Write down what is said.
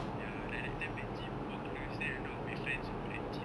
ya like that time the gym all close then a lot of my friends were like